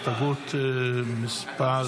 הסתייגות מס'